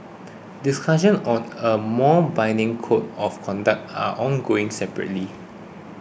discussions on a more binding code of conduct are ongoing separately